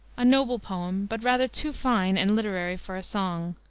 a noble poem, but rather too fine and literary for a song,